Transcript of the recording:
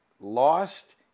lost –